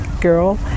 girl